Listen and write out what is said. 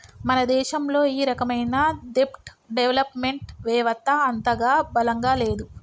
మన దేశంలో ఈ రకమైన దెబ్ట్ డెవలప్ మెంట్ వెవత్త అంతగా బలంగా లేదు